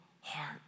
heart